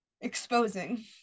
exposing